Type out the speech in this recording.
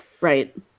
Right